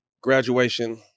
graduation